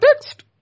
text